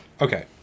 Okay